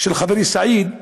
של חברי סעיד,